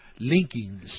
linkings